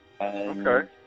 Okay